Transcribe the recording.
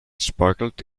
sparkled